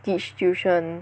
teach tuition